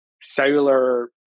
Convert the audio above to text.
cellular